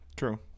true